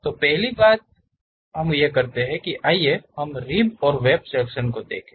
तो पहली बात आइए हम रिब और वेब सेक्शन को देखें